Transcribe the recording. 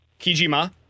Kijima